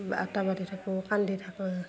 আতাহ মাতি থাকোঁ কান্দি থাকোঁ